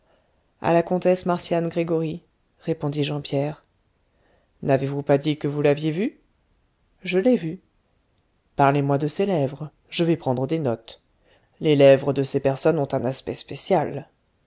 a la comtesse marcian gregoryi répondit jean pierre n'avez-vous pas dit que vous l'aviez vue je l'ai vue parlez-moi de ses lèvres je vais prendre des notes les lèvres de ces personnes ont un aspect spécial